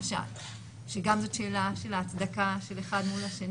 גם זאת שאלה של הצדקה של אחד מול השני.